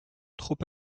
trop